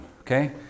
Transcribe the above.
okay